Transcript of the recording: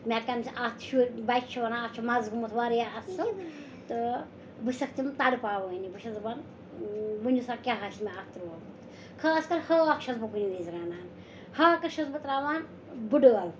مےٚ کیٚمۍ اَتھ شُرۍ بَچہِ چھِ وَنان اَتھ چھُ مَزٕ گوٚمُت واریاہ اَصٕل تہٕ بہٕ چھِ سَکھ تِم تَڑ پاوٲنی بہٕ چھَس دَپان ؤنِو سا کیٛاہ آسہِ مےٚ اَتھ ترٛومُت خاص تَر ہاکھ چھَس بہٕ کُنہِ وزِ رَنان ہاکَس چھَس بہٕ ترٛاوان بٕڑٲل